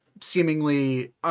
seemingly